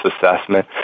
assessment